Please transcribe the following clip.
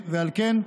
ועל כן,